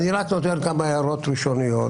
אני רק נותן כמה הערות ראשוניות.